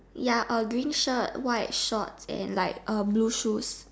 ya a green shirt white shorts and like um blue shoes